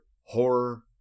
Horror